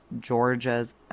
Georgia's